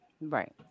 Right